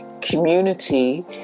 community